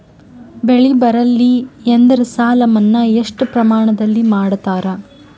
ಬೆಳಿ ಬರಲ್ಲಿ ಎಂದರ ಸಾಲ ಮನ್ನಾ ಎಷ್ಟು ಪ್ರಮಾಣದಲ್ಲಿ ಮಾಡತಾರ?